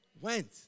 went